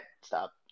Stop